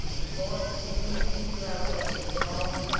the force of his individuality was gone.